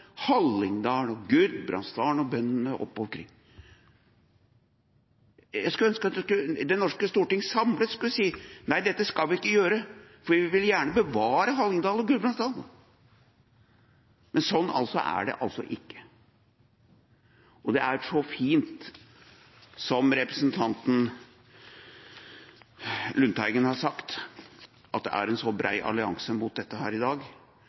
Hallingdal, Gudbrandsdalen og bøndene rundt omkring. Jeg skulle ønske Det norske storting samlet kunne si at nei, dette skal vi ikke gjøre, for vi vil gjerne bevare Hallingdal og Gudbrandsdalen, men slik er det altså ikke. Og det er så fint, som representanten Lundteigen har sagt, at det er en så bred allianse mot dette i dag